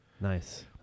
Nice